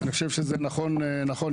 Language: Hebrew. אני חושב שזה נכון יותר.